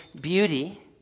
beauty